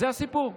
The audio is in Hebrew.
זה הסיפור.